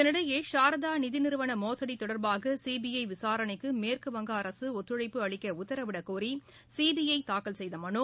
இதனிடையே சாரதா நிதி நிறுவன மோசடி தொடர்பாக சிபிஐ விசாரணைக்கு மேற்குவங்க அரசு ஒத்துழைப்பு அளிக்க உத்தரவிடக்கோரி சிபிஐ தாக்கல் செய்த மனு